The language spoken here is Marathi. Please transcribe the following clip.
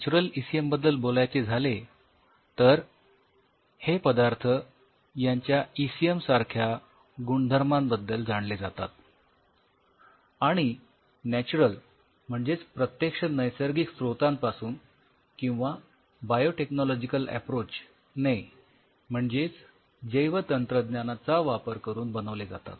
नॅच्युरल ईसीएम बद्दल बोलायचे झाले तर हे पदार्थ यांच्या ईसीएम सारख्या गुणधर्मांबद्दल जाणले जातात आणि नॅच्युरल म्हणजेच प्रत्यक्ष नैसर्गिक स्रोतांपासून किंवा बायोटेक्नॉलॉजिकल अप्रोच ने म्हणजेच जैव तंत्रज्ञानाचा वापर करून बनवले जातात